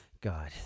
God